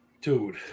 Dude